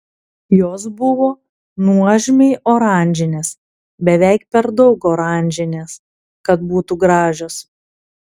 jos buvo nuožmiai oranžinės beveik per daug oranžinės kad būtų gražios